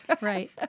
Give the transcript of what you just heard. Right